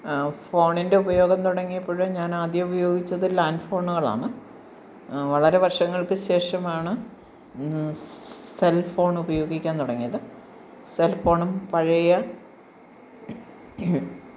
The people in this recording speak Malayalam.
ഫോണിൻ്റെ ഉപയോഗം തുടങ്ങിയപ്പോൾ ഞാൻ ആദ്യം ഉപയോഗിച്ചത് ലാൻഡ് ഫോണുകളാണ് വളരെ വർഷങ്ങൾക്കു ശേഷമാണ് സ് സെൽ ഫോണുപയോഗിക്കാൻ തുടങ്ങിയത് സെൽ ഫോണും പഴയ